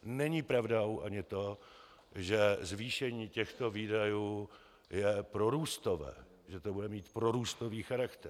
Není pravdou ani to, že zvýšení těchto výdajů je prorůstové, že to bude mít prorůstový charakter.